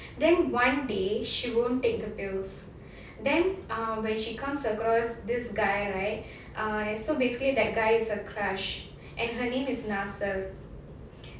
then one day she won't take the pills then ah when she comes across this guy right err so basically that guy's her crash and her name is nacer